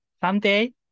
someday